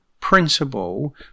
principle